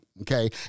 Okay